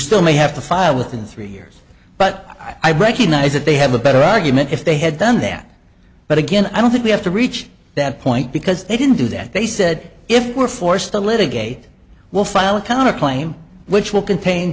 still may have to file within three years but i recognize that they have a better argument if they had done that but again i don't think we have to reach that point because they didn't do that they said if we're forced to litigate we'll file a counterclaim which will contain